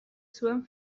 zuen